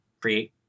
create